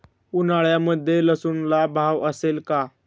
उन्हाळ्यामध्ये लसूणला भाव असेल का?